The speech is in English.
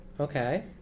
Okay